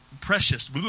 precious